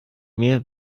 mir